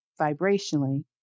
vibrationally